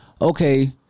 okay